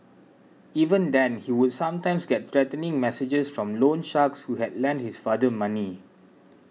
even then he would sometimes get threatening messages from loan sharks who had lent his father money